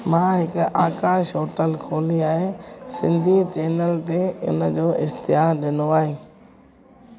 मां हिकु आकाश होटल खोली आहे सिंधी चैनल ते हुनजो इश्तहार ॾिनो आहे